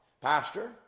Pastor